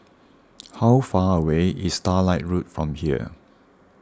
how far away is Starlight Road from here